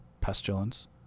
pestilence